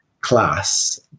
class